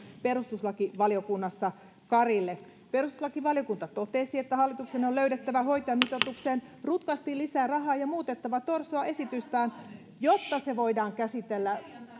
perustuslakivaliokunnassa karille perustuslakivaliokunta totesi että hallituksen on löydettävä hoitajamitoitukseen rutkasti lisää rahaa ja muutettava torsoa esitystään jotta se voidaan käsitellä